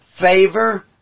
Favor